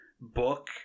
book